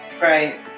Right